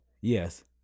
Yes